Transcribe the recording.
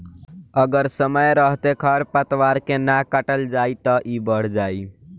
अगर समय रहते खर पातवार के ना काटल जाइ त इ बढ़ जाइ